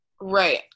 right